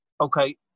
Okay